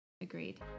agreed